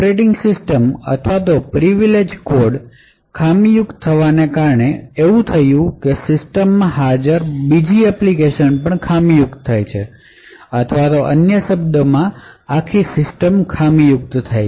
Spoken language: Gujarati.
ઓપરેટિંગ સિસ્ટમ અથવા તો પ્રિવિલેજ કોડ ખામીયુક્ત થવાને કારણે એવું થાય કે સિસ્ટમ માં હાજર બીજી એપ્લિકેશન પણ ખામી યુક્ત થાય અથવા તો અન્ય શબ્દોમાં આખી સિસ્ટમ ખામીયુક્ત થાય